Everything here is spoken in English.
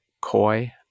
coy